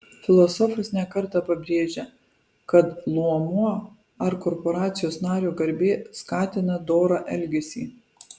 filosofas ne kartą pabrėžia kad luomo ar korporacijos nario garbė skatina dorą elgesį